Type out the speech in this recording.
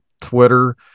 Twitter